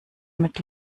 mit